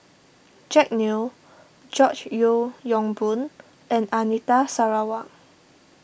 Jack Neo George Yeo Yong Boon and Anita Sarawak